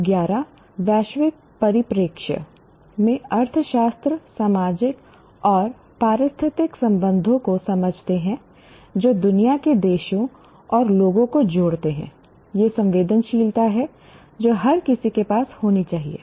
PO11 वैश्विक परिप्रेक्ष्य में अर्थशास्त्र सामाजिक और पारिस्थितिक संबंधों को समझते हैं जो दुनिया के देशों और लोगों को जोड़ते हैं यह संवेदनशीलता है जो हर किसी के पास होनी चाहिए